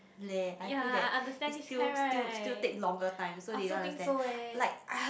leh I feel that it still still still take longer time so they don't understand like I